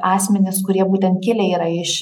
asmenis kurie būtent kilę yra iš